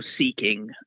seeking